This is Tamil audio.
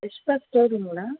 ரிஸ்வத் ஷோ ரூமுங்களா